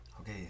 Okay